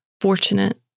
fortunate